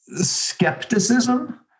skepticism